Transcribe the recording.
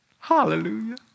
Hallelujah